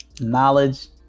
knowledge